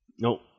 No